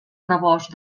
rebost